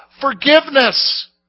forgiveness